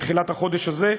בתחילת החודש הזה,